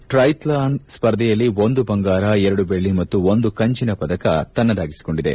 triathlon ಸ್ಪರ್ಧೆಯಲ್ಲಿ ಒಂದು ಬಂಗಾರ ಎರಡು ಬೆಳ್ಳಿ ಮತ್ತು ಒಂದು ಕಂಚಿನ ಪದಕ ತನ್ನದಾಗಿಸಿಕೊಂಡಿದೆ